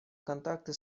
контакты